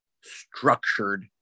structured